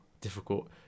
difficult